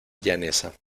llaneza